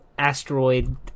asteroid